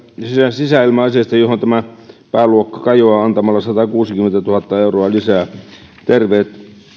sisäilma asiasta johon tämä pääluokka kajoaa antamalla satakuusikymmentätuhatta euroa lisää terveet